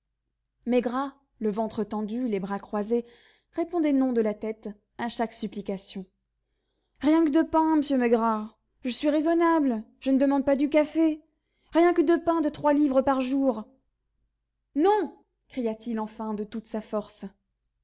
maigrat le ventre tendu les bras croisés répondait non de la tête à chaque supplication rien que deux pains monsieur maigrat je suis raisonnable je ne demande pas du café rien que deux pains de trois livres par jour non cria-t-il enfin de toute sa force